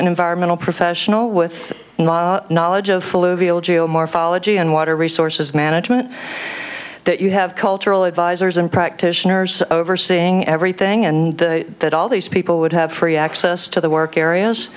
in environmental professional with knowledge of flu veal geomorphology and water resources management that you have cultural advisors and practitioners overseeing everything and that all these people would have free access to the work areas